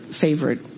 favorite